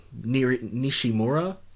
Nishimura